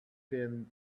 been